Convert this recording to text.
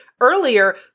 earlier